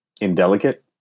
indelicate